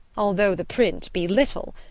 although the print be little,